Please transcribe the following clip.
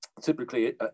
typically